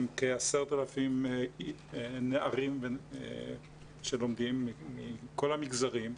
עם כ-10,000 נערים שלומדים מכל המגזרים,